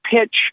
pitch